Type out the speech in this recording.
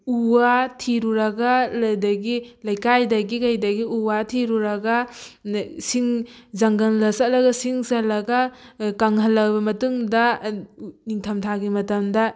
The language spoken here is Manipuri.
ꯎ ꯋꯥ ꯊꯤꯔꯨꯔꯒ ꯑꯗꯒꯤ ꯂꯩꯀꯥꯏꯗꯒꯤ ꯀꯩꯗꯒꯤ ꯎ ꯋꯥ ꯊꯤꯔꯨꯔꯒ ꯁꯤꯡ ꯖꯪꯒꯜꯗ ꯆꯠꯂꯒ ꯁꯤꯡ ꯆꯜꯂꯒ ꯀꯪꯍꯜꯂꯕ ꯃꯇꯨꯡꯗ ꯅꯤꯡꯊꯝꯊꯥꯒꯤ ꯃꯇꯝꯗ